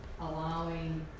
allowing